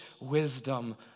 wisdom